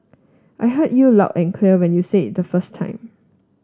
I heard you loud and clear when you said it the first time